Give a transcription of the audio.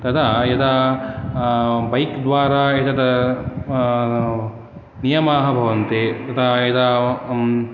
तदा यदा बैक् द्वारा एतत् नियमाः भवन्ति तदा यदा